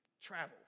travel